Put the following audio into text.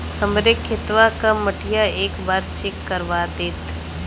हमरे खेतवा क मटीया एक बार चेक करवा देत?